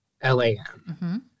L-A-M